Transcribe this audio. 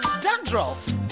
dandruff